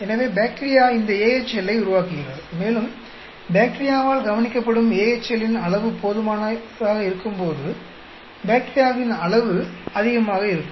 எனவே பாக்டீரியா இந்த AHL ஐ உருவாக்குகிறது மேலும் பாக்டீரியாவால் கவனிக்கப்படும் AHL இன் அளவு போதுமான இருக்கும்போது பாக்டீரியாவின் அளவு அதிகமாக இருக்கும்